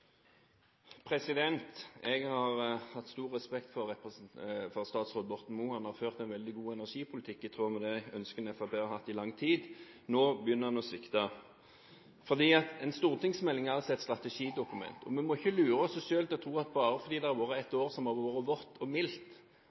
Jeg har hatt stor respekt for statsråd Borten Moe. Han har ført en veldig god energipolitikk, i tråd med de ønskene Fremskrittspartiet i lang tid har hatt. Nå begynner han å svikte. En stortingsmelding er et strategidokument, og vi må ikke lure oss selv til å tro at bare fordi det har vært et år som har vært vått og mildt,